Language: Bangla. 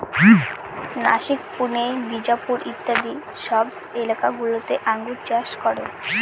নাসিক, পুনে, বিজাপুর ইত্যাদি সব এলাকা গুলোতে আঙ্গুর চাষ করে